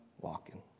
walking